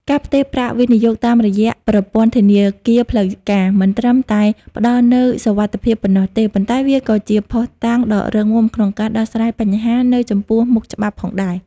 ការផ្ទេរប្រាក់វិនិយោគតាមរយៈ ប្រព័ន្ធធនាគារផ្លូវការ មិនត្រឹមតែផ្ដល់នូវសុវត្ថិភាពប៉ុណ្ណោះទេ ប៉ុន្តែវាក៏ជាភស្តុតាងដ៏រឹងមាំក្នុងការដោះស្រាយបញ្ហានៅចំពោះមុខច្បាប់ផងដែរ។